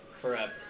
forever